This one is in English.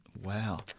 Wow